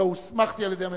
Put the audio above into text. לא הוסמכתי על-ידי הממשלה,